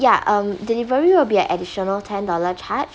ya um delivery will be additional ten dollar charge